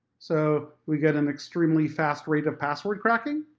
so we get an extremely fast rate of password cracking.